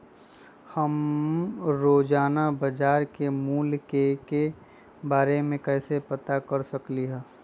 हम रोजाना बाजार के मूल्य के के बारे में कैसे पता कर सकली ह?